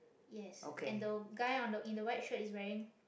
yes and the guy on the in the white shirt is wearing